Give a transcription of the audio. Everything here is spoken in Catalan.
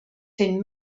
fent